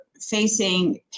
facing